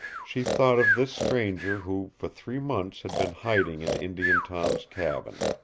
she thought of this stranger who for three months had been hiding in indian tom's cabin.